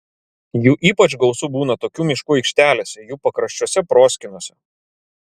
jų ypač gausu būna tokių miškų aikštelėse jų pakraščiuose proskynose